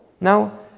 Now